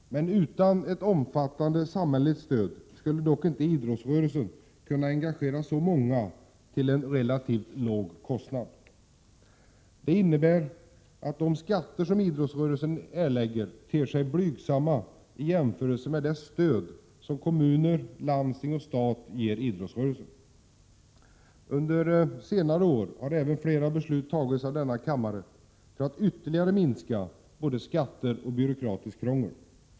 Men utan ett omfattande samhälleligt stöd skulle idrottsrörelsen inte kunna engagera så många till en relativt låg kostnad. Det innebär att de skatter som idrottsrörelsen erlägger ter sig blygsamma i jämförelse med det stöd som kommuner, landsting och stat ger idrottsrörelsen. Under senare år har även flera beslut fattats av denna kammare för att ytterligare minska både skatter och byråkratiskt krångel.